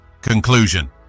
Conclusion